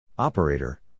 Operator